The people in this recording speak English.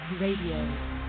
RADIO